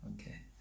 okay